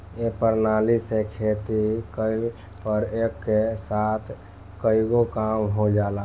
ए प्रणाली से खेती कइला पर एक साथ कईगो काम हो जाला